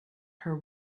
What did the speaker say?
her